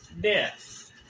death